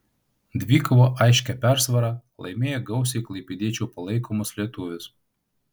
dvikovą aiškia persvara laimėjo gausiai klaipėdiečių palaikomas lietuvis